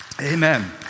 Amen